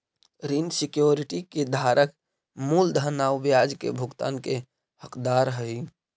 ऋण सिक्योरिटी के धारक मूलधन आउ ब्याज के भुगतान के हकदार हइ